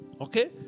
Okay